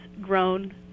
grown